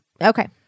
Okay